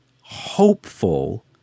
hopeful